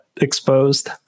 exposed